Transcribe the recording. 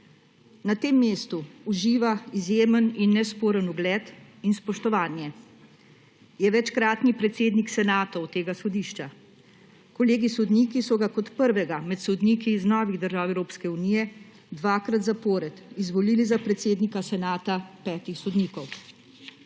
Na tem mestu uživa izjemen in nesporen ugled in spoštovanje. Je večkratni predsednik senatov tega sodišča. Kolegi sodniki so ga kot prvega med sodniki iz novih držav Evropske unije dvakrat zapored izvolili za predsednika senata petih sodnikov.